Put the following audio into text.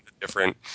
different